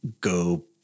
go